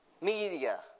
media